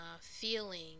feeling